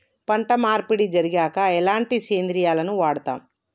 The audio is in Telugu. పంట మార్పిడి జరిగాక ఎలాంటి సేంద్రియాలను వాడుతం?